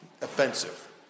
offensive